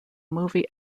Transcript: movie